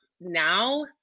now